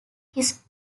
his